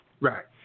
Right